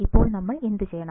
ഇപ്പോൾ നമ്മൾ എന്തുചെയ്യണം